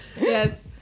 Yes